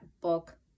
book